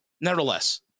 nevertheless